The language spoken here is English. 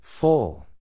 Full